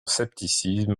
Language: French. scepticisme